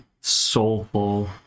soulful